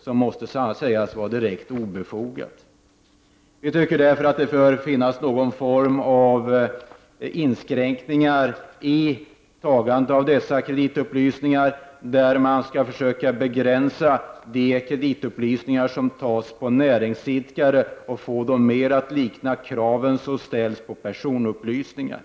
Detta måste sägas vara direkt obefogat. Vi tycker därför att det bör finnas någon form av inskränkningar i tagande av dessa kreditupplysningar. Man skall försöka begränsa de kreditupplysningar som tas på näringsidkare och få kraven att mera likna dem som ställs på personupplysningar.